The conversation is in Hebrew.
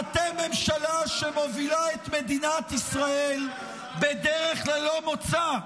אתם ממשלה שמובילה את מדינת ישראל בדרך ללא מוצא,